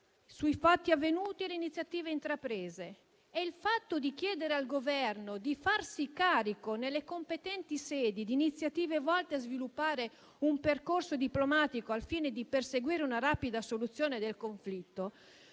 dei fatti avvenuti e delle iniziative intraprese. Il fatto di chiedere al Governo di farsi carico, nelle sedi competenti, di iniziative volte a sviluppare un percorso diplomatico, al fine di perseguire una rapida soluzione del conflitto,